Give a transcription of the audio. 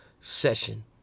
session